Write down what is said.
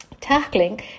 Tackling